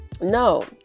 No